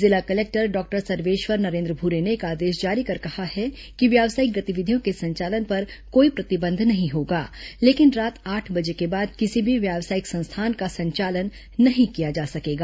जिला collector doctor Sarveshwar Narendra Bhure ने एक आदेश जारी कर कहा है कि व्यावसायिक गतिविधियों के संचालन पर कोई प्रतिबंध नहीं होगा लेकिन रात आठ बजे के बाद किसी भी व्यावसायिक संस्थान का संचालन नहीं किया जा सकेगा